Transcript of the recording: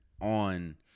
on